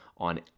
on